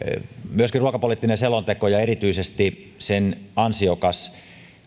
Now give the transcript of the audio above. myöskin ruokapoliittinen selonteko ja erityisesti sen ansiokas